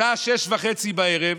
בשעה 18:30 בערב,